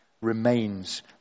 remains